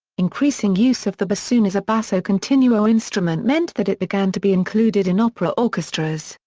increasing use of the bassoon as a basso continuo instrument meant that it began to be included in opera orchestras,